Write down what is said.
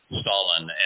Stalin